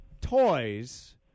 Toys